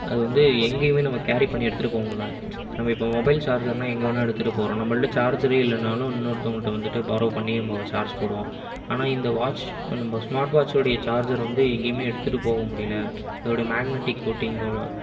அது வந்து எங்கேயுமே நம்ம கேரி பண்ணி எடுத்துட்டு போக முடியலை நம்ம இப்போ மொபைல் சார்ஜ்ர்ன்னால் எங்கே வேணும்னாலும் எடுத்துட்டு போகிறோம் நம்மள்ட்ட சார்ஜரே இல்லைனாலும் இன்னொருத்தவங்கள்ட வந்துட்டு பாரோ பண்ணி சார்ஜ் போடுவோம் ஆனால் இந்த வாட்ச் நம்ம ஸ்மார்ட் வாட்ச் உடைய சார்ஜர் வந்து எங்கேயுமே எடுத்துட்டு போக முடியலை அதோட மேக்னெட்டிங் கோட்டிங்கோட